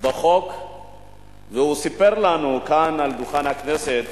בחוק וסיפר לנו כאן על דוכן הכנסת